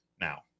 Now